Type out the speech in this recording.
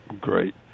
Great